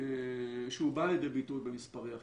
שהוא בא לידי ביטוי במספרי האכיפה,